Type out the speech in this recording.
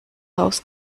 haus